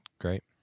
Great